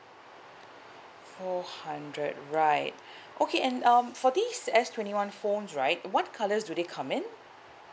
four hundred right okay and um for these S twenty one phones right what colours do they come in